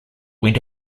went